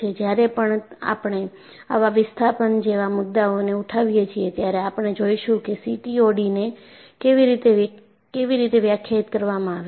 જ્યારે પણ આપણે આવા વિસ્થાપન જેવા મુદ્દાઓને ઉઠાવીએ છીએ ત્યારે આપણે જોઈશું કે સીટીઓડીને કેવી રીતે વ્યાખ્યાયિત કરવામાં આવે છે